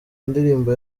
ndirimbo